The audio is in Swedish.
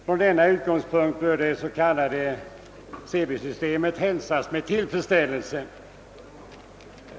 Från denna utgångspunkt bör det s.k. CB systemet hälsas med tillfredsställelse.